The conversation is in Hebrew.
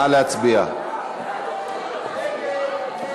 ההסתייגות של חבר הכנסת יצחק כהן לסעיף 8 נתקבלה.